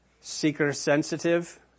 seeker-sensitive